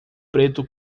preto